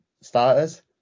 starters